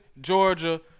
Georgia